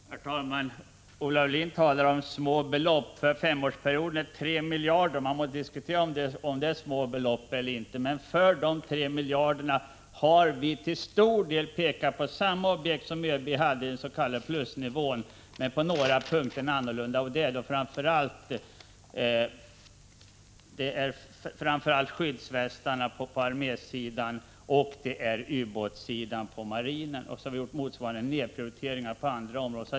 Herr talman! Olle Aulin säger att det är små belopp. För femårsperioden är det 3 miljarder. Man må diskutera om det är små belopp eller inte. Men när det gäller dessa 3 miljarder har folkpartiet till stor del pekat på samma objekt som ÖB hade i den s.k. plusnivån. På några punkter är det andra objekt, och det gäller framför allt skyddsvästarna på armésidan och ubåtarna på marinsidan, och motsvarande nedprioriteringar på andra områden.